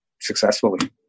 successfully